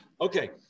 Okay